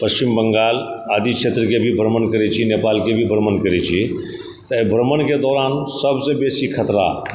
पश्चिम बङ्गाल आदि क्षेत्रके भी भ्रमण करैत छी नेपालके भी भ्रमण करैत छी तैं भ्रमणके दौरान सबसँ बेसी खतरा